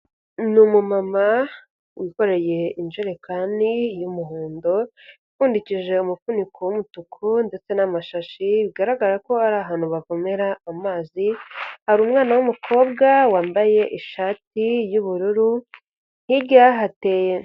Ni umumama wikoreye injerekani y'umuhondo, ipfundikishije umufuniko w'umutuku ndetse n'amashashi, bigaragara ko ari ahantu bavomera amazi, hari umwana w'umukobwa wambaye ishati y'ubururu, hirya hateye.